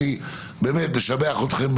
אני משבח אתכם,